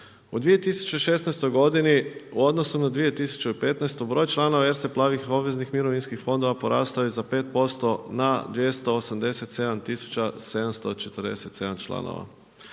U 2016. godini, u odnosu na 2015. broj članova Erste plavih obveznih mirovinskih fondova porastao je na 5% na 287 747 članova.